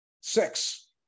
Six